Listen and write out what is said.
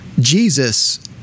Jesus